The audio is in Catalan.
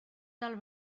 del